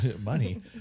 money